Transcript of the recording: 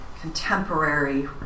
contemporary